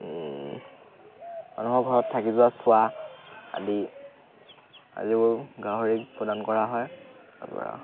মানুহৰ ঘৰত থাকি যোৱা চুৱা আদি আজিবোৰ গাহৰিক প্ৰদান কৰা হয় তাৰপৰা